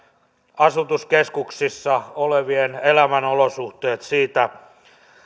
asutuskeskuksissa olevien elämänolosuhteet siitä